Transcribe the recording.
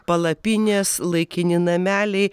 palapinės laikini nameliai